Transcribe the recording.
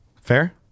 fair